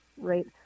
right